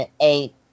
eight